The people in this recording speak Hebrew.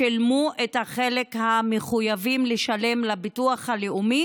שילמו את החלק שהם מחויבים לשלם לביטוח הלאומי